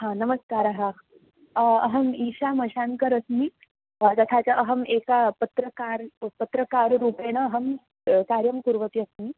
हा नमस्कारः अहं ईशामशाङ्कर् अस्मि तथा च अहं एका पत्रकार् पत्रकर्त्रिरुपेण अहं कार्यं कुर्वती अस्मि